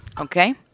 Okay